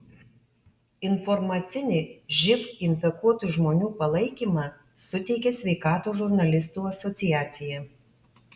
informacinį živ infekuotų žmonių palaikymą suteikia sveikatos žurnalistų asociacija